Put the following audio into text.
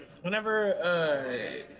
whenever